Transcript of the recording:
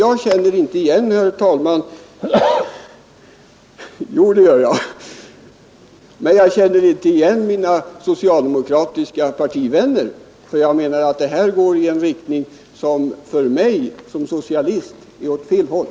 Jag känner, herr talman, inte igen mina socialdemokratiska partivänner; jag anser att argumenteringen går i en riktning som för mig såsom socialist bär åt fel håll.